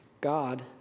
God